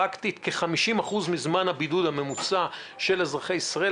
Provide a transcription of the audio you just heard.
כ-50% מזמן הבידוד הממוצע של אזרחי ישראל.